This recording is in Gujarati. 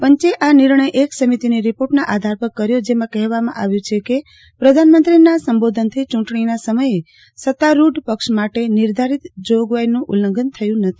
પંચે આ નિર્ણય એક સમિતિની રીપોર્ટના આધાર પર કર્યો જેમાં કહેવામાં આવ્યું છે કે પ્રધાનમંત્રીના સંબોધનથી ચૂંટણીના સમયે સત્તારૂઢ પક્ષ માટે નિર્ધારીત જોગવાઈઓનું ઉલ્લંઘન થયું નથી